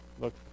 Look